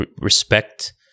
respect